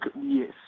yes